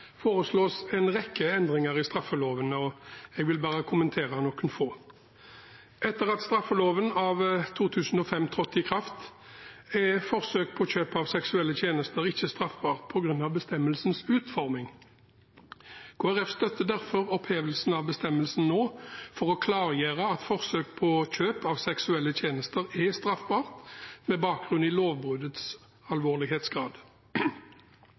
foreslås en rekke endringer i straffeloven, og jeg vil bare kommentere noen få. Etter at straffeloven av 2005 trådte i kraft, er forsøk på kjøp av seksuelle tjenester ikke straffbart på grunn av bestemmelsens utforming. Kristelig Folkeparti støtter derfor opphevelsen av bestemmelsen nå for å klargjøre at forsøk på kjøp av seksuelle tjenester er straffbart med bakgrunn i lovbruddets alvorlighetsgrad.